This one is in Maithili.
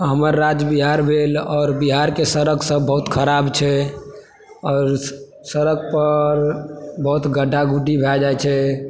हमर राज्य बिहार भेल और बिहारके सड़क सब बहुत खराब छै और सड़क पर बहुत गड्ढ़ा गुढ़ी भए जाइ छै